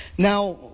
Now